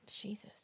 Jesus